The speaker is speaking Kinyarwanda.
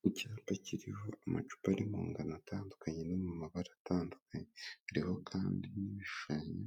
Ku cyapa kiriho amacupa aripo ngano atandukanye no mu mabara atandukanye, hariho kandi n'ibishushanyo